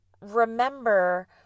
remember